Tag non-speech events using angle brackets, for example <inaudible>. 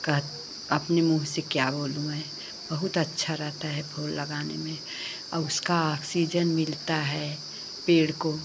<unintelligible> अपने मुँह से क्या बोलूँ मैं बहुत अच्छा रहता है फूल लगाने में और उसका ऑक्सीजन मिलता है पेड़ को <unintelligible> अपने मुँह से क्या बोलूँ मैं बहुत अच्छा रहता है फूल लगाने में औ उसका आक्सीजन मिलता है पेड़ को